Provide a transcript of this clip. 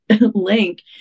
link